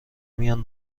میان